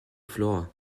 floor